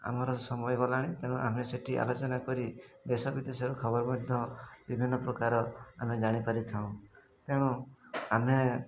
ଆମର ସମୟ ଗଲାଣି ତେଣୁ ଆମେ ସେଠି ଆଲୋଚନା କରି ଦେଶ ବିଦେଶରୁ ଖବର ମଧ୍ୟ ବିଭିନ୍ନ ପ୍ରକାର ଆମେ ଜାଣିପାରିଥାଉ ତେଣୁ ଆମେ